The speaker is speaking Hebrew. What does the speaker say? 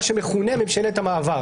מה שמכונה: ממשלת המעבר.